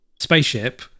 spaceship